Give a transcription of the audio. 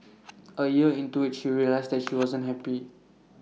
A year into IT she realised that she wasn't happy